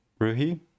Ruhi